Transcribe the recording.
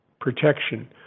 protection